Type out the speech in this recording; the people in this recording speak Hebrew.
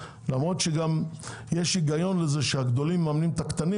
למרות שגם יש היגיון לזה שהגדולים מממנים את הקטנים